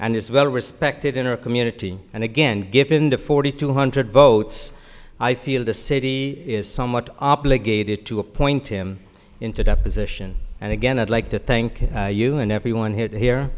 and is well respected in our community and again given the forty two hundred votes i feel the city is somewhat obligated to appoint him into deposition and again i'd like to thank you and everyone here here